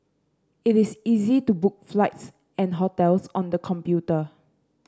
it is easy to book flights and hotels on the computer